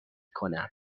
کنم